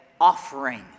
offering